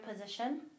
position